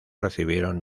recibieron